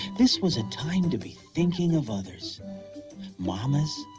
this was a time to be thinking of others mamas,